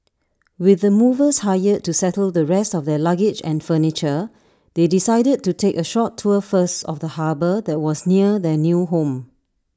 with the movers hired to settle the rest of their luggage and furniture they decided to take A short tour first of the harbour that was near their new home